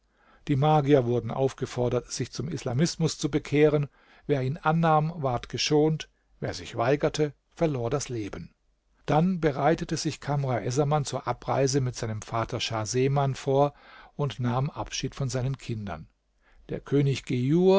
die magier wurden aufgefordert sich zum islamismus zu bekehren wer ihn annahm ward geschont wer sich weigerte verlor das leben dann bereitete sich kamr essaman zur abreise mit seinem vater schah geman vor und nahm abschied von seinen kindern der könig